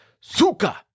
suka